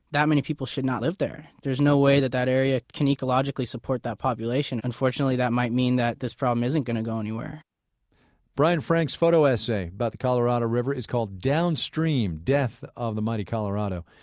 that many people should not live there. there is no way that that area can ecologically support that population. unfortunately, that might mean that this problem isn't going to go anywhere brian frank's photo essay about the colorado river is called down stream, death of the mighty colorado.